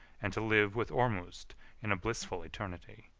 and to live with ormusd in a blissful eternity,